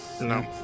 No